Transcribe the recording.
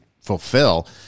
fulfill